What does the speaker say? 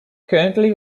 currently